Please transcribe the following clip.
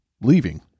leaving